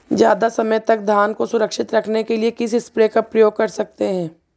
ज़्यादा समय तक धान को सुरक्षित रखने के लिए किस स्प्रे का प्रयोग कर सकते हैं?